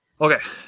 Okay